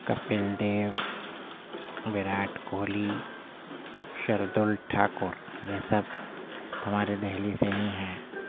کپل دیو وراٹ کوہلی شردل ٹھاکر یہ سب ہمارے دہلی سے ہی ہیں